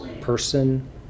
person